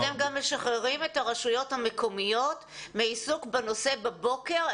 אתם גם משחררים את הרשויות המקומיות מעיסוק בנושא בבוקר,